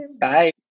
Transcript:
Bye